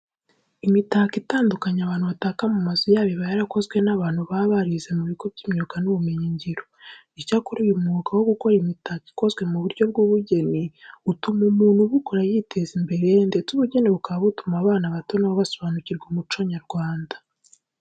Imitako itandukanye abantu bataka mu mazu yabo iba yarakozwe n'abantu baba barize mu bigo by'imyuga n'ubumenyingiro. Icyakora uyu mwuga wo gukora imitako ikozwe mu buryo bw'ubugeni utuma umuntu ubukora yiteza imbere ndetse ubugeni bukaba butuma abana bato na bo basobanukirwa umuco nyarwanda.